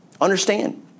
Understand